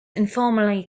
informally